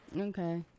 okay